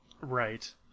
Right